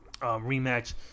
rematch